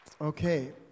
okay